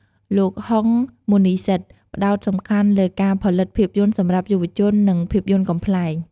លោក ហុង មុន្នីសិដ្ឋ ផ្តោតសំខាន់លើការផលិតភាពយន្តសម្រាប់យុវជន និងភាពយន្តកំប្លែង។